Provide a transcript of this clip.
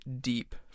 deep